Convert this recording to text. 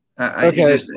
Okay